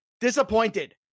Disappointed